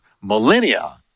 millennia